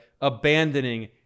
abandoning